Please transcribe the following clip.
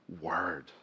word